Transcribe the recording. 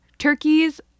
Turkey's